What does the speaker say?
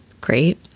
great